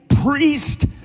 priest